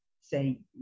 say